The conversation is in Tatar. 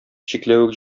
чикләвек